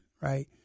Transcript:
right